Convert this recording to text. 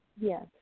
Yes